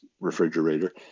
refrigerator